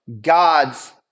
God's